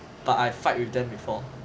but I fight with them before